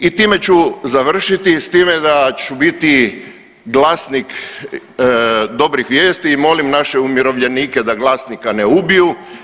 I time ću završiti s time da ću biti glasnik dobrih vijesti i molim naše umirovljenike da glasnika ne ubiju.